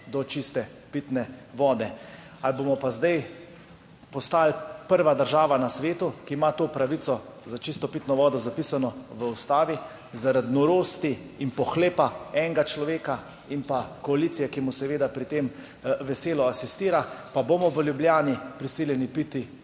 do čiste pitne vode. Ali bomo pa zdaj postali prva država na svetu, ki ima to pravico za čisto pitno vodo zapisano v ustavi, zaradi norosti in pohlepa enega človeka in pa koalicije, ki mu seveda pri tem veselo asistira, pa bomo v Ljubljani prisiljeni piti